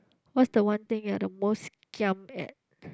what's the one thing you're the most giam at